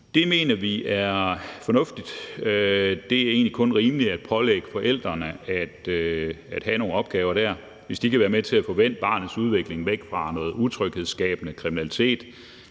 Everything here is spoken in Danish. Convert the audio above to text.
Det mener vi er fornuftigt. Det er egentlig kun rimeligt at pålægge forældrene at have nogle opgaver der, hvis de kan være med til at få vendt barnets udvikling væk fra noget utryghedsskabende kriminalitet.